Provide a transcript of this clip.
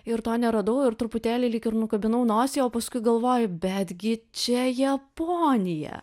ir to neradau ir truputėlį lyg ir nukabinau nosį o paskui galvoju betgi čia japonija